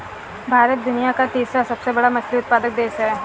भारत दुनिया का तीसरा सबसे बड़ा मछली उत्पादक देश है